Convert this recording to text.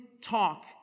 talk